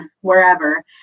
wherever